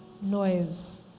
noise